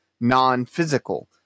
non-physical